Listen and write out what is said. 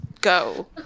go